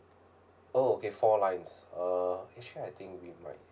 oh okay four lines uh actually I think we might